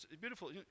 beautiful